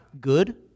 good